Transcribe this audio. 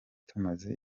tumaze